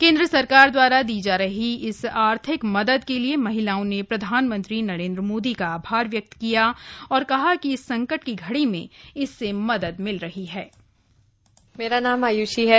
केन्द्र सरकार द्वारा दी जा रही इस आर्थिक मदद के लिए महिलाओं ने प्रधानमंत्री नरेन्द्र मोदी का आभार व्यक्त किया और कहा कि इस संकट की घड़ी में इससे मदद मिल रही है